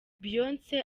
beyonce